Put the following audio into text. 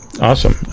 Awesome